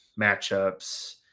matchups